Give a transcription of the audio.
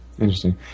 Interesting